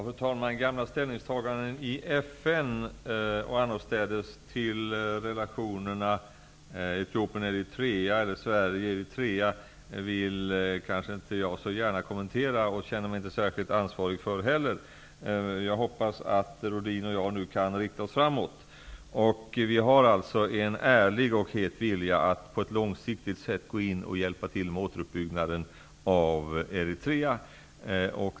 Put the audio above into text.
Fru talman! Gamla ställningstaganden i FN och annorstädes till relationerna Etiopien--Eritrea eller Sverige--Eritrea vill jag inte så gärna kommentera, och jag känner mig inte heller särskilt ansvarig för dem heller. Jag hoppas att Lennart Rohdin och jag kan rikta oss framåt. Vi har alltså en ärlig och het vilja att på ett långsiktigt sätt gå in och hjälpa till med återuppbyggnaden av Eritrea.